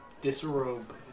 Disrobe